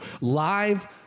Live